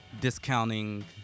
discounting